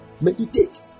meditate